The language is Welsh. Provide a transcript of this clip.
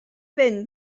fynd